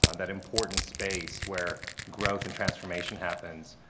and that important space where growth and transformation happens,